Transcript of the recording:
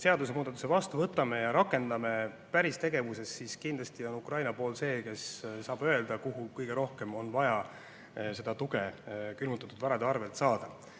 seadusemuudatuse vastu võtame ja rakendame päris tegevuses, siis kindlasti on Ukraina see, kes saab öelda, kuhu kõige rohkem on vaja tuge külmutatud varade arvelt saada.